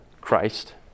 Christ